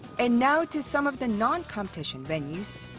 and now to some of the non-competition venues.